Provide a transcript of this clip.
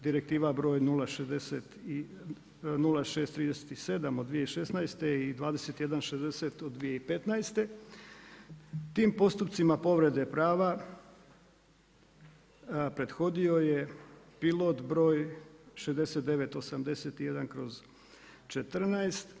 Direktiva br. 0637 od 2016. i 2160 od 2015. tim postupcima povrede prava prethodio je pilot broj 6981/